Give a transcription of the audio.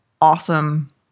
awesome